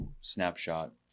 snapshot